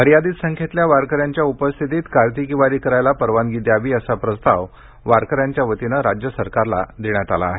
मर्यादित संख्येतल्या वारकऱ्यांच्या उपस्थितीत कार्तिकी वारी करायला परवानगी द्यावी असा प्रस्ताव वारकऱ्यांच्या वतीनं राज्य सरकारला देण्यात आला आहे